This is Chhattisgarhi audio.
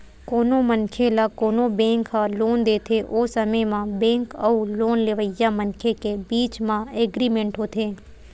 कोनो मनखे ल कोनो बेंक ह लोन देथे ओ समे म बेंक अउ लोन लेवइया मनखे के बीच म एग्रीमेंट होथे